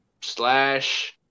slash